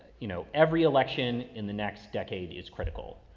you know, every election in the next decade is critical,